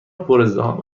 پرازدحام